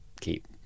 keep